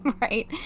right